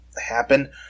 happen